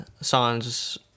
songs